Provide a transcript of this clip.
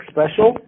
Special